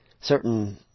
certain